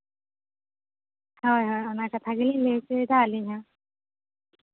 ᱦᱮᱸ ᱦᱮᱸ ᱚᱱᱟ ᱠᱟᱛᱷᱟ ᱜᱮ ᱞᱟᱹᱭ ᱦᱚᱪᱚᱭᱫᱟ ᱟᱹᱞᱤᱧ ᱦᱚᱸ